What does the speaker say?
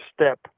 step